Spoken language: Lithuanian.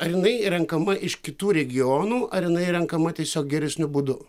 ar jinai renkama iš kitų regionų ar jinai renkama tiesiog geresniu būdu